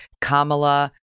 Kamala